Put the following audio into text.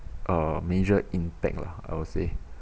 uh major impact lah I would say